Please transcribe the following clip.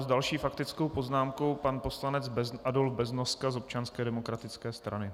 S další faktickou poznámkou pan poslanec Adolf Beznoska z Občanské demokratické strany.